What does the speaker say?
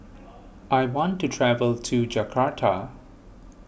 I want to travel to Jakarta